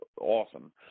awesome